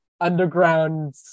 underground